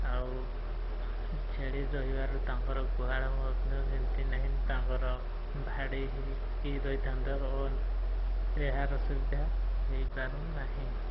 ଆଉ ଛେଳି ରହିବାର ତାଙ୍କର ଗୁହାଳ ମଧ୍ୟ ସେମିତି ନାହିଁ ତାଙ୍କର ଭାଡ଼ି ହେଇକି ରହିଥାନ୍ତେ ଏହାର ସୁବିଧା ହେଇପାରୁ ନାହିଁ